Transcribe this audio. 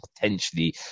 potentially